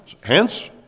Hence